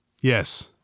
Yes